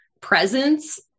presence